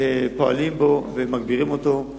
פועלים בו ומגבירים אותו הוא